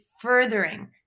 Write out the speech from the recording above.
furthering